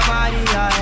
Maria